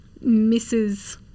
misses